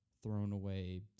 thrown-away